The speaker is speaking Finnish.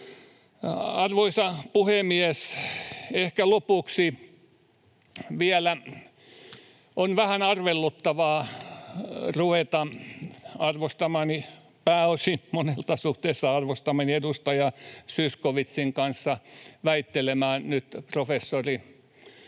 Arvoisa puhemies! Ehkä lopuksi vielä: On vähän arveluttavaa ruveta arvostamani — pääosin, monessa suhteessa arvostamani — edustaja Zyskowiczin kanssa väittelemään nyt professori Tuomas